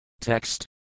Text